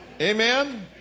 Amen